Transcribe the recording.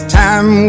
time